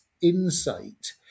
insight